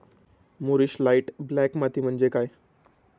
मूरिश light black माती म्हणजे काय?